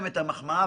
את המחמאה,